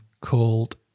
called